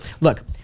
Look